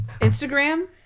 Instagram